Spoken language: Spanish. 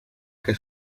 que